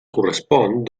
correspon